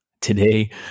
Today